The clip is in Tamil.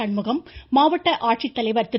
சண்முகம் மாவட்ட ஆட்சித்தலைவர் திரு